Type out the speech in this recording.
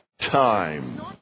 time